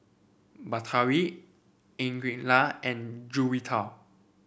Batari Aqeelah and Juwita